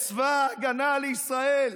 חיילי צבא ההגנה לישראל.